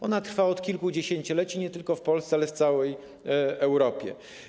Ona trwa od kliku dziesięcioleci nie tylko w Polsce, ale w całej Europie.